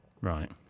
Right